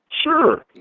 Sure